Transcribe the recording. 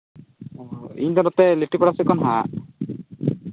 ᱤᱧᱫᱚ ᱱᱚᱛᱮ ᱞᱤᱴᱤ ᱯᱟᱲᱟ ᱥᱮᱫ ᱠᱷᱚᱱ ᱦᱟᱸᱜ